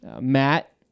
matt